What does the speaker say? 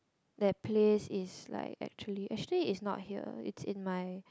that place is like actually actually it's not here it's in my